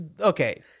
okay